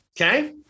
okay